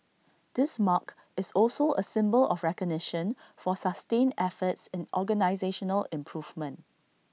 this mark is also A symbol of recognition for sustained efforts in organisational improvement